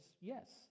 yes